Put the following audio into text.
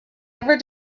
ever